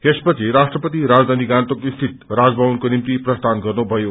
यसपछि राष्ट्रपति राजधानी गान्तोकस्थित राजभवनको निम्ति प्रस्थान गर्नुभयो